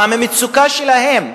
מה עם המצוקה שלהם?